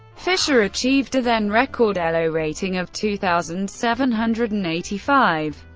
fischer achieved a then-record elo rating of two thousand seven hundred and eighty five.